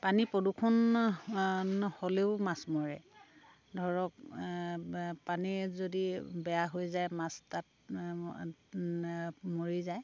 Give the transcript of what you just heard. পানী প্ৰদূষণ হ'লেও মাছ মৰে ধৰক পানী যদি বেয়া হৈ যায় মাছ তাত মৰি যায়